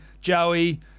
Joey